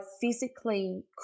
physically